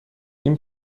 این